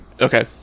Okay